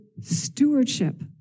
stewardship